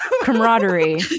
camaraderie